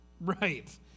right